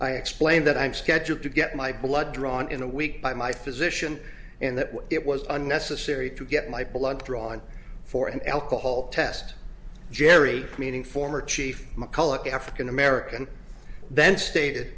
i explained that i'm scheduled to get my blood drawn in a week by my physician and that it was unnecessary to get my blood drawn for an alcohol test jerry meaning former chief mcculloch african american then state